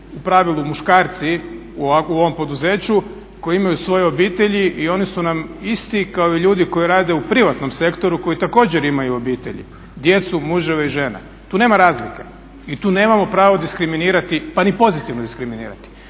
u pravilu muškarci u ovom poduzeću koji imaju svoje obitelji i oni su nam isti kao i ljudi koji rade u privatnom sektoru koji također imaju obitelji djecu, muževe i žene, tu nema razlike i tu nemamo pravo diskriminirati pa ni pozitivno diskriminirati.